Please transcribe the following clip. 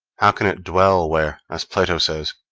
how can it dwell where, as plato says,